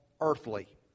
earthly